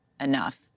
enough